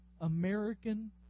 American